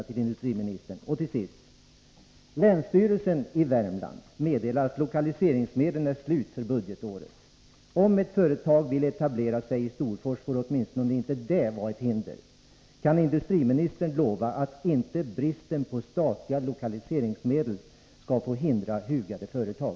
Tillsist. Länsstyrelsen i Värmland meddelar att lokaliseringsmedlen är slut för detta budgetår. Om ett företag vill etablera sig i Storfors, får åtminstone inte det utgöra ett hinder. Kan industriministern lova att bristen på statliga lokaliseringsmedel inte skall hindra hugade företag?